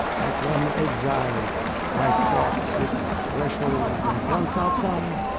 like one exiled, i cross its threshold and once outside,